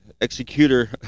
executor